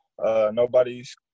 Nobody's